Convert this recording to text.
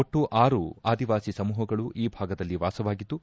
ಒಟ್ಟು ಆರು ಆದಿವಾಸಿ ಸಮೂಹಗಳು ಈ ಭಾಗದಲ್ಲಿ ವಾಸವಾಗಿದ್ದು